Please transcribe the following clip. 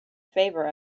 favor